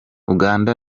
uganda